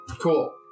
Cool